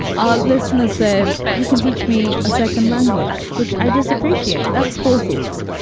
our listener said he can teach me a second language, which i just appreciate. that's full thoughts